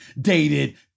dated